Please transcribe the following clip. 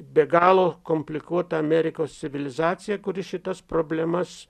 be galo komplikuotą amerikos civilizaciją kuri šitas problemas